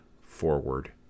forward